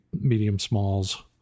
medium-smalls